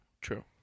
True